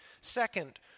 Second